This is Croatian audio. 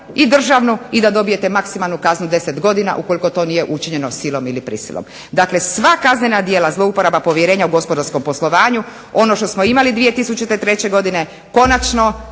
i državnu i da dobijete maksimalnu kaznu 10 godina ukoliko to nije učinjeno silom ili prisilom. Dakle, sva kaznena djela zlouporaba povjerenja u gospodarskom poslovanju, ono što smo imali 2003. godine konačno